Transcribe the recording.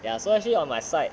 ya so actually on my side